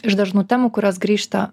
iš dažnų temų kurios grįžta